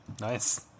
Nice